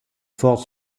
ford